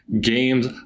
games